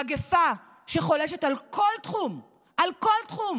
מגפה שחולשת על כל תחום, על כל תחום